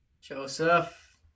Joseph